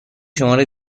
شماره